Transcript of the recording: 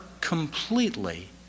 completely